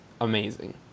amazing